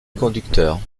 conducteurs